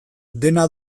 dena